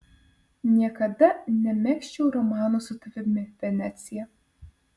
niekada nemegzčiau romano su tavimi venecija